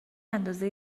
اندازه